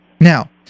Now